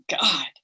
God